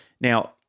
Now –